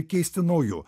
keisti nauju